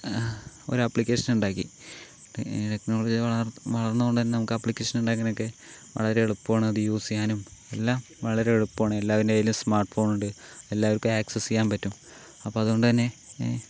ഒരപ്ലിക്കേഷൻ ഉണ്ടാക്കി ഈ ടെക്നോളജി വളർന്നു വളർന്നതുകൊണ്ടു തന്നെ നമുക്ക് അപ്ലിക്കേഷൻ ഉണ്ടാക്കാനൊക്കെ വളരെ എളുപ്പമാണ് അത് യൂസ് ചെയ്യാനും എല്ലാം വളരെ എളുപ്പമാണ് എല്ലാവരുടെ കയ്യിലും സ്മാർട്ട് ഫോൺ ഉണ്ട് എല്ലാർക്കും ആക്സസ് ചെയ്യാൻ പറ്റും അപ്പോൾ അതുകൊണ്ടു തന്നെ